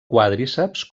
quàdriceps